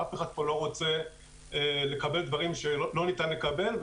אף אחד פה לא רוצה לקבל דברים שלא ניתן לקבל,